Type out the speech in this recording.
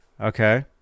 okay